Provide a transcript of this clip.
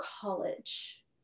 college